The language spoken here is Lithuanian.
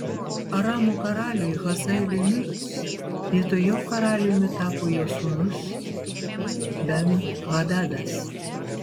aramo karaliui hazaeliui mirus vietoj jo karaliumi tapo jo sūnus ben hadadas